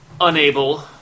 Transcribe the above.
unable